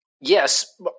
Yes